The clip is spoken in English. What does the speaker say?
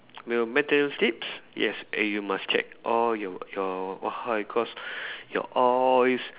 main~ maintenance slips yes and you must check all your your what how you call your oil